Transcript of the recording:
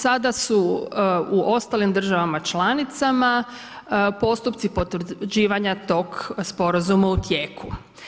Sada su u ostalim državama članicama postupci potvrđivanja tog sporazuma u tijeku.